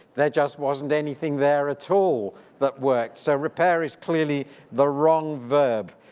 there just wasn't anything there at all that worked. so repair is clearly the wrong verb.